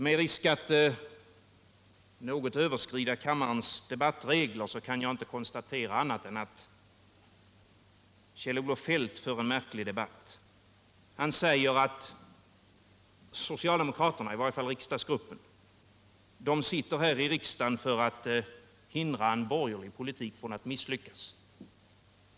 Med risk att något överskrida kammarens debattregler måste jag konstatera att Kjell-Olof Feldt för en märklig debatt. Han säger att socialdemokraterna — i varje fall riksdagsgruppen -— sitter i riksdagen för att hindra en borgerlig politik från att misslyckas.